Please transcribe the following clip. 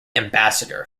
ambassador